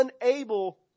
unable